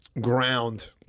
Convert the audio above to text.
ground